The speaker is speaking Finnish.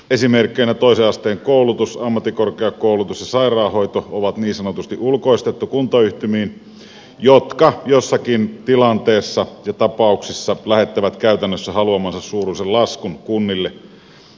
esimerkiksi toisen asteen koulutus ammattikorkeakoulutus ja sairaanhoito ovat niin sanotusti ulkoistettu kuntayhtymiin jotka jossakin tilanteessa ja tapauksessa lähettävät käytännössä haluamansa suuruisen laskun kunnille